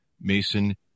Mason